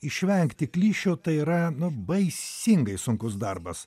išvengti klišių tai yra baisingai sunkus darbas